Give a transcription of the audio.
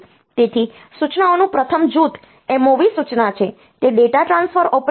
તેથી સૂચનાનું પ્રથમ જૂથ MOV સૂચના છે તે ડેટા ટ્રાન્સફર ઓપરેશન છે